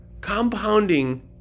compounding